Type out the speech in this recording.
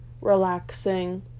relaxing